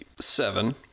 seven